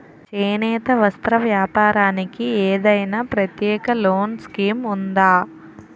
చేనేత వస్త్ర వ్యాపారానికి ఏదైనా ప్రత్యేక లోన్ స్కీం ఉందా?